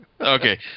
Okay